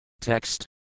TEXT